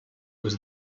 was